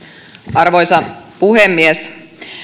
arvoisa puhemies